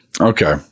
Okay